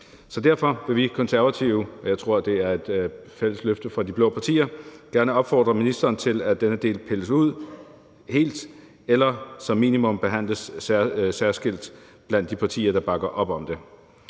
Derfor vil vi i Konservative – og jeg tror, det er et fælles løfte fra de blå partier – gerne opfordre ministeren til, at denne del pilles helt ud eller som minimum behandles særskilt blandt de partier, der bakker op om det.